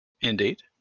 Indeed